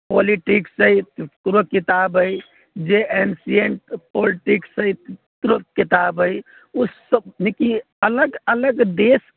politics अछि कोनो किताब अछि जे एन्सिएन्ट पोल्टिक्स अछि तेकरो किताब अछि ओहि सभ नीति अलग अलग देश